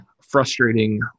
frustrating